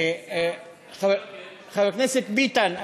חבר הכנסת ביטן,